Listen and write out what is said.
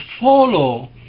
follow